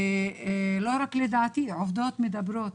ולא רק לדעתי העובדות מדברות,